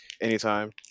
anytime